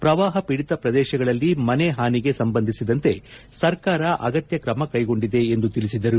ಪ್ರವಾಪ ಪೀಡಿತ ಪ್ರದೇಶಗಳಲ್ಲಿ ಮನೆ ಹಾನಿಗೆ ಸಂಬಂಧಿಸಿದಂತೆ ಸರ್ಕಾರ ಅಗತ್ಯ ಕ್ರಮ ಕೈಗೊಂಡಿದೆ ಎಂದು ತಿಳಿಸಿದರು